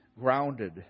grounded